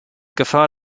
gefahr